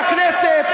לכנסת,